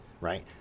right